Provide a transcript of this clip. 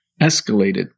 escalated